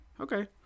okay